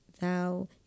thou